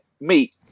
meat